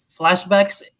flashbacks